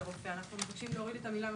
אנחנו מבקשים להוריד את המילה "מסלול".